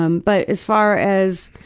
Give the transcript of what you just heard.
um but as far as